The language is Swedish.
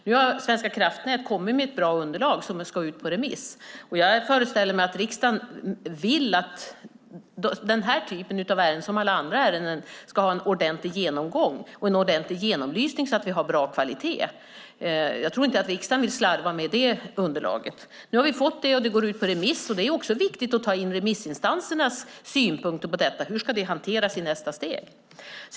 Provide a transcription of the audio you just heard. Nu har Svenska kraftnät kommit med ett bra underlag som ska ut på remiss, och jag föreställer mig att riksdagen vill att den här typen av ärenden, på samma sätt som alla andra ärenden, ska ha en ordentlig genomgång och få en ordentlig genomlysning så att kvaliteten blir god. Jag tror inte att riksdagen vill slarva med det underlaget. Nu har vi fått utredningen, och den går ut på remiss. Det är viktigt att ta in remissinstansernas synpunkter för att veta hur det hela ska hanteras i nästa steg.